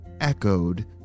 echoed